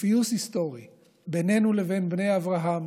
ופיוס היסטורי בינינו לבין בני אברהם